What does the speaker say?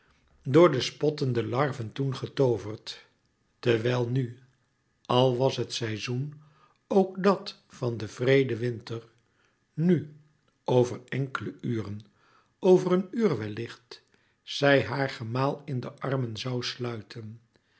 door de spottende larven toen getooverd terwijl nu al was het seizoen ook dat van den wreeden winter nù over enkele uren over een uur wellicht zij haar gemaal in de armen zoû sluiten